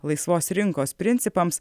laisvos rinkos principams